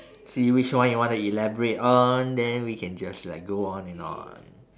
see which one you want to elaborate on then we can just like go on and on